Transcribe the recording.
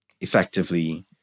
effectively